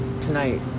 tonight